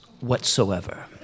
whatsoever